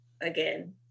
again